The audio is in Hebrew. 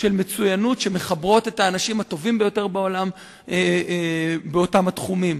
של מצוינות שמחברות את האנשים הטובים ביותר בעולם באותם התחומים.